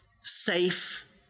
safe